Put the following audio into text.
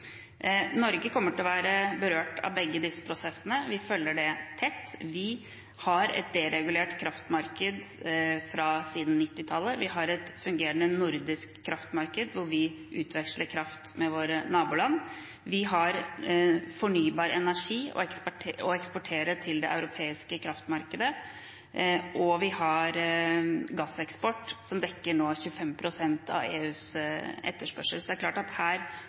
Norge kommer til å være berørt av begge disse prosessene. Vi følger det tett. Vi har hatt et deregulert kraftmarked siden 1990-tallet. Vi har et fungerende nordisk kraftmarked, hvor vi utveksler kraft med våre naboland. Vi har fornybar energi å eksportere til det europeiske kraftmarkedet, og vi har gasseksport, som nå dekker 25 pst. av EUs etterspørsel. Så det er klart at her